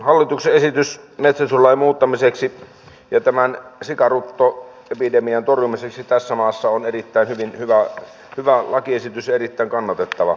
hallituksen esitys metsästyslain muuttamiseksi ja tämän sikaruttoepidemian torjumiseksi tässä maassa on erittäin hyvä lakiesitys ja erittäin kannatettava